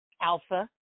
Alpha